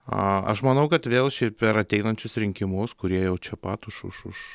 a aš manau kad vėl čia per ateinančius rinkimus kurie jau čia pat už už už